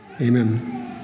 amen